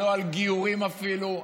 לא על גיורים אפילו,